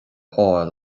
fháil